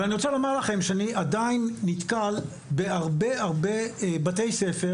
אני רוצה לומר לכם שאני עדיין נתקל בהרבה בתי ספר